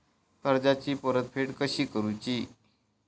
कर्जाची परतफेड कशी करुची?